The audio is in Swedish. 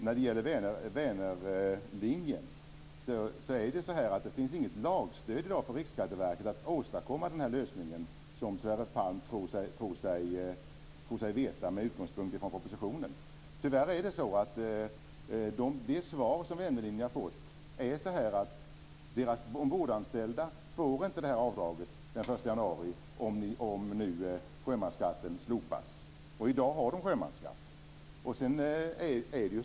När det gäller Vänerlinjen finns det inget lagstöd för Riksskatteverket att åstadkomma den här lösningen, vilket Sverre Palm tror sig veta med utgångspunkt från propositionen. Tyvärr är det svar som Vänerlinjen har fått att dess ombordanställda inte får detta avdrag den 1 januari, om sjömansskatten nu slopas. I dag har de sjömansskatt.